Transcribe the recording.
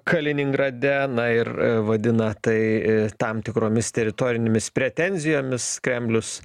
kaliningrade na ir vadina tai tam tikromis teritorinėmis pretenzijomis kremlius